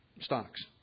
stocks